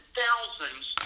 thousands